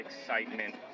excitement